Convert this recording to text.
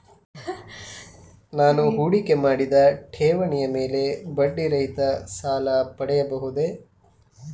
ನಾನು ಹೂಡಿಕೆ ಮಾಡಿದ ಠೇವಣಿಯ ಮೇಲೆ ಬಡ್ಡಿ ರಹಿತ ಸಾಲ ಪಡೆಯಬಹುದೇ?